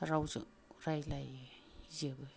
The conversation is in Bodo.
रावजों रायज्लायो जोबो